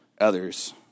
others